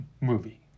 movie